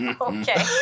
Okay